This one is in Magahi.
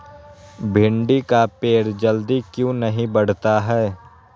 भिंडी का पेड़ जल्दी क्यों नहीं बढ़ता हैं?